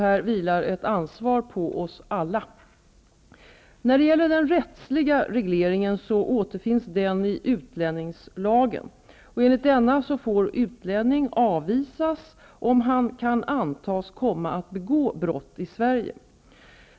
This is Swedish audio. Här vilar ett ansvar på oss alla. När det gäller den rättsliga regleringen återfinns den i utlänningslagen. En ligt denna får utlänning avvisas om han kan antas komma att begå brott i Sverige.